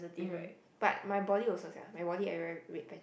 mm but my body also sia my body everywhere red patches